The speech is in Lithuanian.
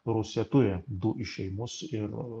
rusija turi du išėjimus ir